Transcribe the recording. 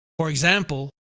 for example,